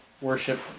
worship